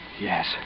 Yes